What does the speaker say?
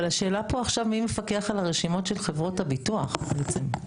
אבל השאלה פה עכשיו מי מפקח על הרשימות של חברות הביטוח בעצם,